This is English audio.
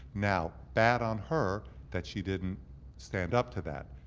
now bad on her that she didn't stand up to that,